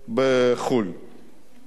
בחוץ-לארץ.